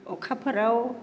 अखाफोराव